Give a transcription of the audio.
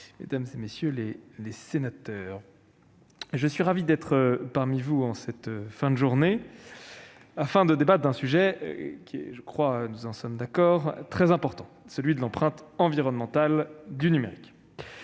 mesdames, messieurs les sénateurs, je suis ravi d'être parmi vous, en cette fin de journée, afin de débattre d'un sujet qui est- nous en sommes d'accord -très important, celui de l'empreinte environnementale du numérique.